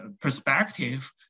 perspective